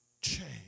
Change